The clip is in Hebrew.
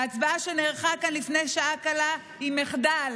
ההצבעה שנערכה כאן לפני שעה קלה היא מחדל.